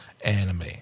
anime